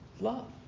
Love